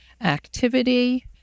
activity